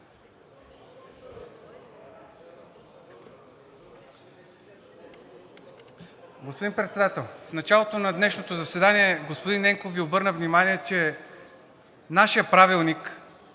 Господин Председател, в началото на днешното заседание господин Ненков Ви обърна внимание, че нашият правилник